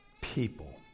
people